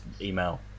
email